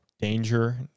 danger